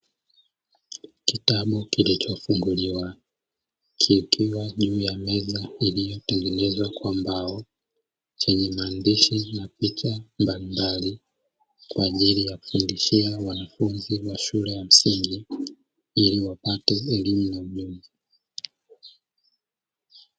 Kitabu kilichofunguliwa kikiwa juu ya meza iliyotengenezwa kwa mbao, chenye maandishi na picha mbalimbali kwa ajili ya kufundishia wanafunzi wa shule ya msingi ili wapate elimu na ujuzi.